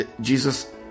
Jesus